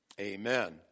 amen